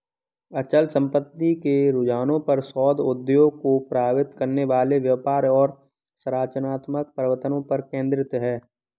अचल संपत्ति के रुझानों पर शोध उद्योग को प्रभावित करने वाले व्यापार और संरचनात्मक परिवर्तनों पर केंद्रित है